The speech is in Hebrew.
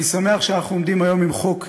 אני שמח שאנחנו עומדים היום עם חוק היסטורי,